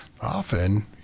often